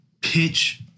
pitch